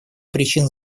причин